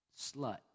slut